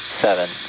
seven